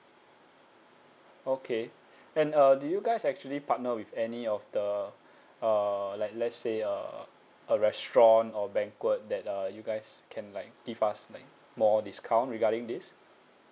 okay and uh do you guys actually partner with any of the uh like let's say uh a restaurant or banquet that uh you guys can like give us like more discount regarding this